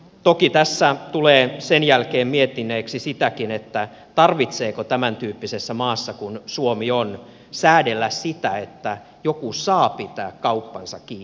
toki tässä tulee sen jälkeen miettineeksi sitäkin tarvitseeko tämäntyyppisessä maassa kuin suomi on säädellä sitä että joku saa pitää kauppansa kiinni